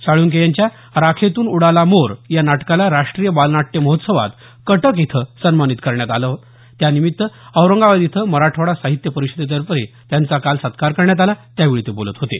साळूंके यांच्या राखेतून उडाला मोर या नाटकाला राष्ट्रीय बालनाट्य महोत्सवात कटक इथं सन्मानित करण्यत करण्यात आलं त्यानिमित्त औरंगाबाद इथं मराठवाडा साहित्य परिषदेतर्फे त्यांचा सत्कार करण्यात आला त्यावेळी ते बोलत होते